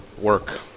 Work